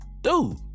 dude